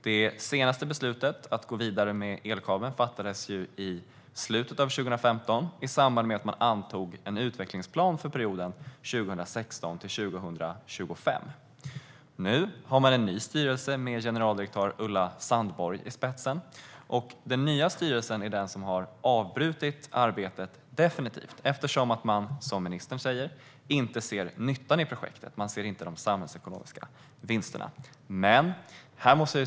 Det senaste beslutet att gå vidare med elkabeln fattades i slutet av 2015, i samband med att man antog en utvecklingsplan för perioden 2016-2025. Nu har man en ny styrelse, med generaldirektör Ulla Sandborgh i spetsen. Den nya styrelsen har avbrutit arbetet definitivt eftersom man, som ministern säger, inte ser nyttan i projektet och de samhällsekonomiska vinsterna.